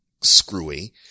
Screwy